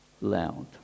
loud